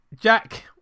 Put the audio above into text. Jack